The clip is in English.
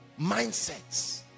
Mindsets